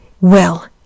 Well